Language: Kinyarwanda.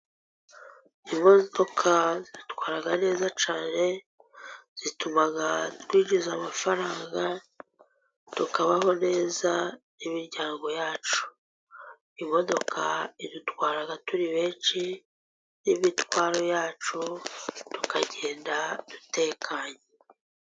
Imodoka zitwaraga neza cyane, zituma twinjiza amafaranga tukabaho neza imiryango yacu, imodoka idutwara turi benshi n'imitwaro yacu tukagenda dutekanye.